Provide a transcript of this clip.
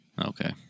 Okay